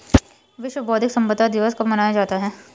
विश्व बौद्धिक संपदा दिवस कब मनाया जाता है?